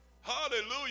Hallelujah